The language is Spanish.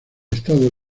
estado